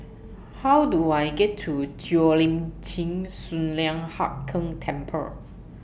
How Do I get to Cheo Lim Chin Sun Lian Hup Keng Temple